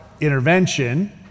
intervention